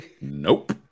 Nope